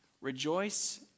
rejoice